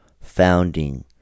founding